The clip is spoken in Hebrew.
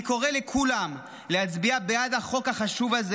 אני קורא לכולם להצביע בעד החוק החשוב הזה